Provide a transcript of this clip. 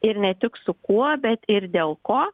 ir ne tik su kuo bet ir dėl ko